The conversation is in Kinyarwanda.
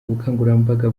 ubukangurambaga